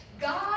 God